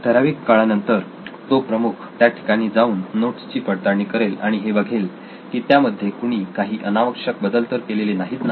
ठराविक काळानंतर तो प्रमुख त्या ठिकाणी जाऊन नोट्स ची पडताळणी करेल आणि हे बघेल की त्यामध्ये कुणी काही अनावश्यक बदल तर केलेले नाहीत ना